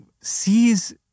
sees